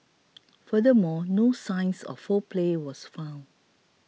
furthermore no signs of foul play were found